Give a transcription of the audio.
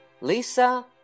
Lisa